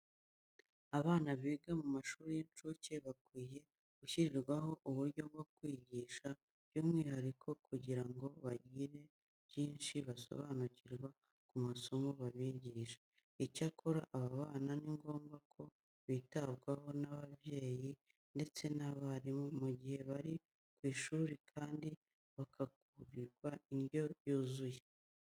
Abana biga mu mashuri y'incuke bakwiye gushyirirwaho uburyo bwo kubigisha by'umwihariko kugira ngo bagire byinshi basobanukirwa ku masomo babigisha. Icyakora aba bana ni ngombwa ko bitabwaho n'ababyeyi ndetse n'abarimu mu gihe bari ku ishuri kandi bakagaburirwa indyo yuzuye.